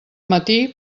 matí